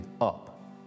up